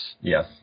Yes